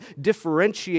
differentiate